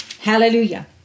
Hallelujah